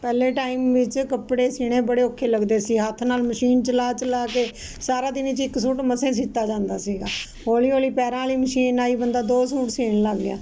ਪਹਿਲੇ ਟਾਈਮ ਵਿੱਚ ਕੱਪੜੇ ਸੀਣੇ ਬੜੇ ਔਖੇ ਲੱਗਦੇ ਸੀ ਹੱਥ ਨਾਲ ਮਸ਼ੀਨ ਚਲਾ ਚਲਾ ਕੇ ਸਾਰਾ ਦਿਨ ਚ ਇੱਕ ਸੂਟ ਮਸਾ ਸੀਤਾ ਜਾਂਦਾ ਸੀਗਾ ਹੌਲੀ ਹੌਲੀ ਪੈਰਾਂ ਵਾਲੀ ਮਸ਼ੀਨ ਆਈ ਬੰਦਾ ਦੋ ਸੂਟ ਸੀਨ ਲੱਗ ਗਿਆ